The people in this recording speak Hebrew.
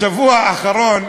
בשבוע האחרון,